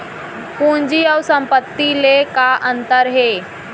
पूंजी अऊ संपत्ति ले का अंतर हे?